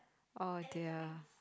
oh dear